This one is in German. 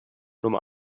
nummer